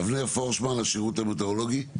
אבנר פורשמן, השירות המטאורולוגי.